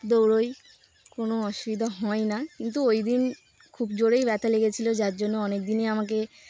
দৌড়োই কোনো অসুবিধা হয় না কিন্তু ওই দিন খুব জোরেই ব্যথা লেগেছিলো যার জন্য অনেক দিনই আমাকে